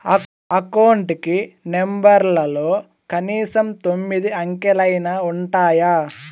account కి నెంబర్లలో కనీసం తొమ్మిది అంకెలైనా ఉంటాయి